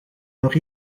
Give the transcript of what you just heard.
nog